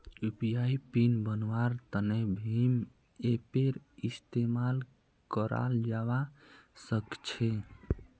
UPI PIN बन्वार तने भीम ऐपेर इस्तेमाल कराल जावा सक्छे